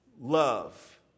love